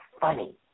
funny